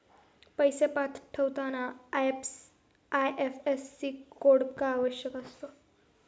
पैसे पाठवताना IFSC code का आवश्यक असतो?